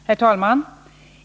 Herr talman!